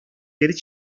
geri